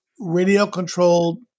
radio-controlled